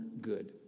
good